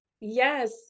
Yes